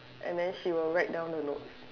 and then she will write down the notes